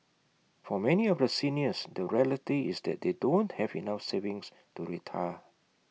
for many of the seniors the reality is that they don't have enough savings to retire